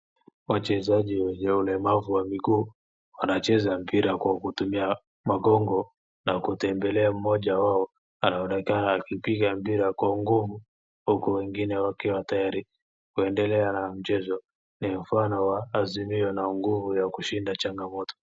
Wachezaji wenye ulemavu wa miguu wanacheza mpira kutumia magongo na kutembelea mmoja wao anaonekana akipiga mpira kwa nguvu huku wengine wakiwa tayari kuendelea na mchezo. Ni mfano wa azimio la nguvu la kushinda changamoto.